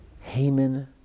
Haman